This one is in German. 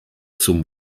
zum